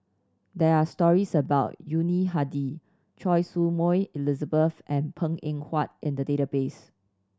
there are stories about Yuni Hadi Choy Su Moi Elizabeth and Png Eng Huat in the database